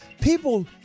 people